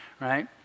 right